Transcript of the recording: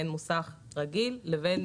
בין מוסך רגיל לבין